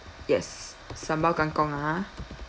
yes sambal kangkong ah